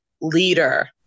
leader